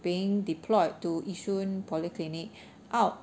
being deployed to yishun polyclinic oh